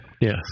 yes